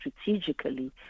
strategically